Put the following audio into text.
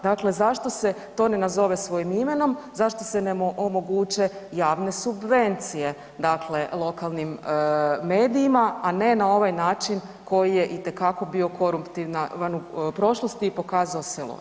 Dakle, zašto se to ne nazove svojim imenom, zašto se ne omoguće javne subvencije, dakle lokalnim medijima a ne na ovaj način koji je itekako bio koruptivan u prošlosti i pokazao se loš.